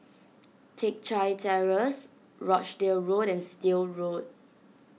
Teck Chye Terrace Rochdale Road and Still Road